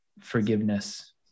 forgiveness